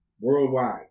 worldwide